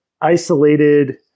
isolated